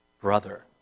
brother